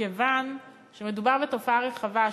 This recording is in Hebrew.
מכיוון שמדובר בתופעה רחבה,